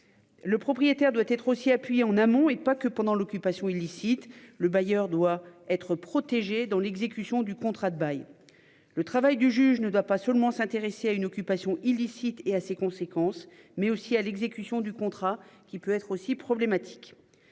Le propriétaire doit être aussi appuyer en amont et pas que pendant l'occupation illicite, le bailleur doit être protégé dans l'exécution du contrat de bail. Le travail du juge ne doit pas seulement s'intéresser à une occupation illicite et à ses conséquences, mais aussi à l'exécution du contrat qui peut être aussi problématique.